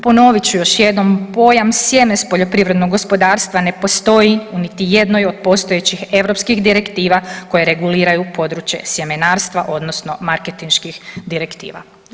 Ponovit ću još jednom, pojam sjeme s poljoprivrednog gospodarstva ne postoji u niti jednoj od postojećih EU direktiva koje reguliraju područje sjemenarstva, odnosno marketinških direktiva.